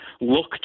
look